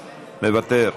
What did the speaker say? מוותר,